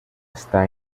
está